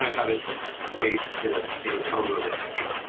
um have its basis in ah in a tone row that he came